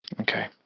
Okay